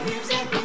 music